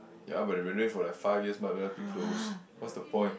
ya but it renovate for like five years might as well be closed what's the point